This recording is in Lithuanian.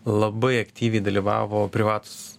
labai aktyviai dalyvavo privatūs